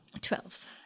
Twelve